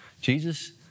Jesus